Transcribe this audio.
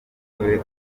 kose